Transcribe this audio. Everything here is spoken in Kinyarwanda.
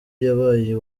yabaye